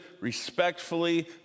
respectfully